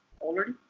already